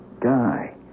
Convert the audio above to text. die